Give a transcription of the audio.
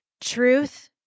Truth